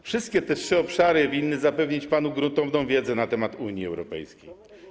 Wszystkie te trzy obszary winny zapewnić panu gruntowną wiedzę na temat Unii Europejskiej.